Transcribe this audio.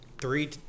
Three